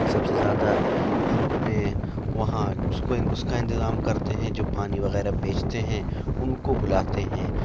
سب سے زیادہ ہم اپنے وہاں اس کو اس کا انتظام کرتے ہیں جو پانی وغیرہ بیچتے ہیں ان کو بلاتے ہیں